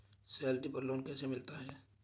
Salary पर loan कैसे मिलता है?